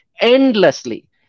endlessly